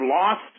lost